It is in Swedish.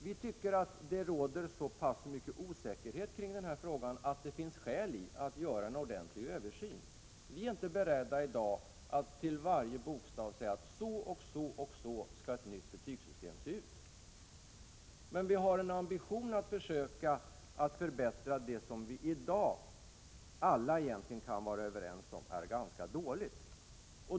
Vi tycker att det råder så pass mycken osäkerhet kring frågan att det finns skäl att göra en ordentlig översyn. Vi är inte beredda i dag att till varje bokstav säga att så och så skall ett nytt betygssystem se ut, men vi har en ambition att försöka förbättra det som vi har nu och som egentligen alla kan vara överens om är ganska dåligt.